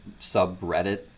subreddit